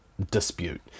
dispute